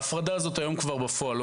ההפרדה הזו לא קיימת היום כבר בפועל.